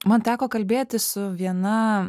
man teko kalbėtis su viena